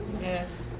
Yes